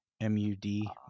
M-U-D